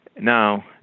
Now